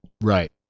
Right